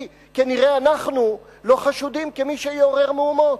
כי כנראה אנחנו לא חשודים כמי שיעורר מהומות.